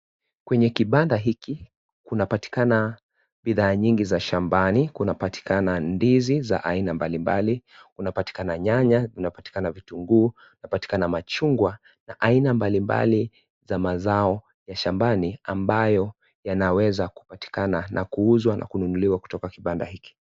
Kwenye kibanda hiki kunapatikana bidhaa nyingi za shambani, kunapatikana ndizi za haina mbalimbali, kunapatikana nyanya, kunapatikana vitunguu, kunapatikana machungwa na haina mbalimbali za mazao ya shambani ambayo yanaweza kupatikana na kuuzwa na kununuliwa kutoka kipanda hiki.